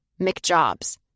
McJobs